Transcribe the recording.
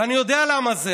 ואני יודע למה זה.